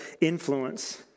influence